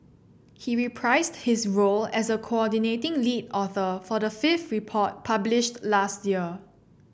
he reprised his role as a coordinating lead author for the fifth report published last year